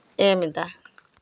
ᱮᱢᱫᱟ